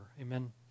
Amen